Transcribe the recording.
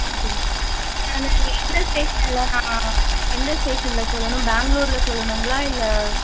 அப்படியா இப்போ நான் எந்த ஸ்டேஷனில் நான் எந்த ஸ்டேஷனில் சொல்லணும் பேங்க்ளூரில் சொல்லணுங்களா இல்லை